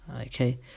Okay